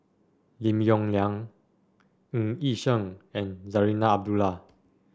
Lim Yong Liang Ng Yi Sheng and Zarinah Abdullah